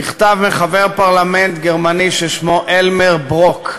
מכתב מחבר פרלמנט גרמני ששמו אלמר ברוק.